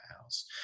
house